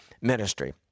ministry